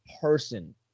person